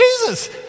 Jesus